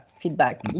feedback